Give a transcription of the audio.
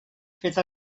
fet